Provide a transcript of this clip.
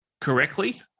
correctly